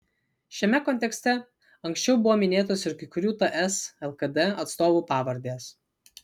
šiame kontekste anksčiau buvo minėtos ir kai kurių ts lkd atstovų pavardės